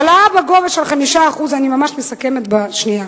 העלאה בגובה של 5% אני ממש מסכמת בשנייה,